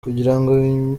kugirango